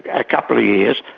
a couple of years.